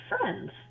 friends